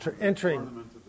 entering